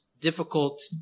difficult